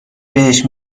بهش